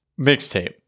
Mixtape